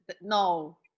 no